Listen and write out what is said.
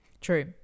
True